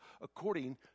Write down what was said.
according